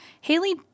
Haley